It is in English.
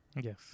Yes